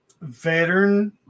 veteran